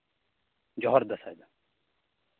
ᱡᱚᱦᱟᱨ ᱫᱟᱸᱥᱟᱭ